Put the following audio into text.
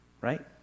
right